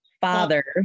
father